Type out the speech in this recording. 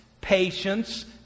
patience